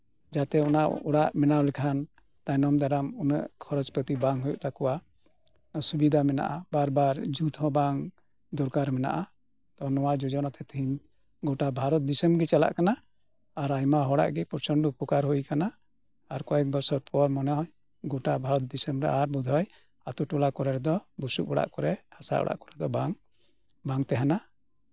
ᱡᱟᱛᱮ ᱚᱱᱟ ᱚᱲᱟᱜ ᱵᱮᱱᱟᱣ ᱞᱮᱠᱷᱟᱱ ᱛᱟᱭᱱᱚᱢ ᱫᱟᱨᱟᱢ ᱩᱱᱟᱹᱜ ᱠᱷᱚᱨᱚᱪᱼᱯᱟᱛᱤ ᱵᱟᱝ ᱦᱩᱭᱩᱜ ᱛᱟᱠᱚᱣᱟ ᱥᱩᱵᱤᱫᱷᱟ ᱢᱮᱱᱟᱜᱼᱟ ᱵᱟᱨᱼᱵᱟᱨ ᱡᱩᱛ ᱦᱚᱸ ᱵᱟᱝ ᱫᱚᱨᱠᱟᱨ ᱢᱮᱱᱟᱜᱼᱟ ᱛᱚ ᱱᱚᱶᱟ ᱡᱳᱡᱚᱱᱟ ᱛᱮ ᱛᱤᱦᱤᱧ ᱜᱚᱴᱟ ᱵᱷᱟᱨᱚᱛ ᱫᱤᱥᱚᱢ ᱜᱮ ᱪᱟᱞᱟᱜ ᱠᱟᱱᱟ ᱟᱨ ᱟᱭᱢᱟ ᱦᱚᱰᱟᱜ ᱜᱮ ᱯᱨᱚᱪᱚᱱᱰᱚ ᱩᱯᱚᱠᱟᱨ ᱦᱩᱭ ᱟᱠᱟᱱᱟ ᱟᱨ ᱠᱚᱭᱮᱠ ᱵᱚᱥᱚᱨ ᱯᱚᱨ ᱢᱚᱱᱮ ᱦᱚᱭ ᱜᱚᱴᱟ ᱵᱷᱟᱨᱚᱛ ᱫᱤᱥᱚᱢ ᱨᱮ ᱟᱨ ᱵᱳᱫᱷᱚᱭ ᱟᱹᱛᱩ ᱴᱚᱞᱟ ᱠᱚᱨᱮ ᱫᱚ ᱵᱩᱥᱩᱯ ᱚᱲᱟᱜ ᱠᱚᱨᱮ ᱦᱟᱥᱟ ᱠᱚᱨᱮ ᱫᱚ ᱵᱟᱝ ᱵᱟᱝ ᱛᱮᱦᱮᱸᱱᱟ